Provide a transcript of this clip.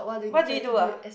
what do you do ah